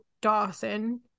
Dawson